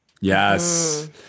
yes